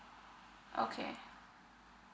okay